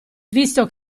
visto